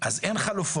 אז אין חלופות,